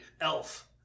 Elf